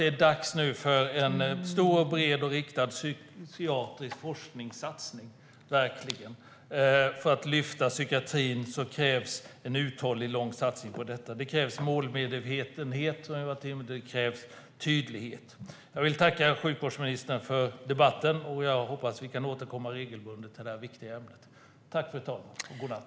Det är dags för en stor, bred och riktad psykiatrisk forskningssatsning. För att lyfta upp psykiatrin krävs en uthållig och lång satsning. Det krävs målmedvetenhet, och det krävs tydlighet. Jag vill tacka herr sjukvårdsministern för debatten, och jag hoppas att vi kan återkomma regelbundet i det viktiga ämnet. Tack, fru talman, och god natt!